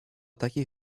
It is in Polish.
takiej